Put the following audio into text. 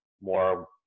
more